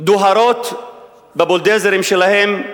דוהרות בבולדוזרים שלהן,